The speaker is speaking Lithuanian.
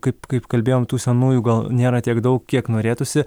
kaip kaip kalbėjom tų senųjų gal nėra tiek daug kiek norėtųsi